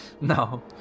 No